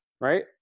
right